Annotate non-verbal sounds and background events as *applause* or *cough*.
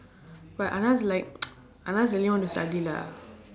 but anand like *noise* anand really want to study lah